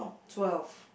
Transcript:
twelve